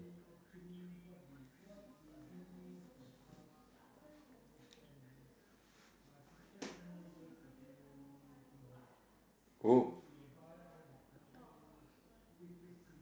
oh